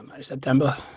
September